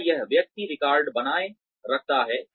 क्या यह व्यक्ति रिकॉर्ड बनाए रखता है